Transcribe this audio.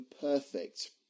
perfect